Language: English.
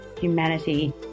humanity